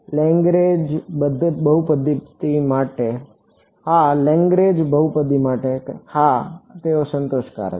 Lagrange બહુપદી માટે હા તેઓ સંતોષકારક છે